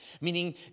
meaning